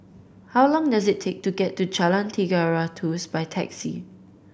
how long does it take to get to Jalan Tiga Ratus by taxi